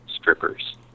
strippers